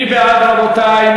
מי בעד, רבותי?